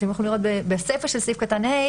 אתם יכולים לראות בסיפא של סעיף קטן (ה),